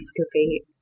excavate